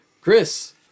Chris